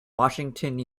washington